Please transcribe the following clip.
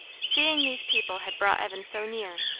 seeing these people had brought evan so near,